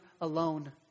alone